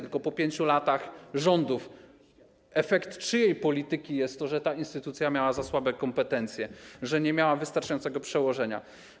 Tylko po 5 latach rządów efektem czyjej polityki jest to, że ta instytucja miała za słabe kompetencje, że nie miała wystarczającego przełożenia?